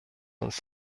uns